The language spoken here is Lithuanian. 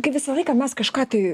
kai visą laiką mes kažką tai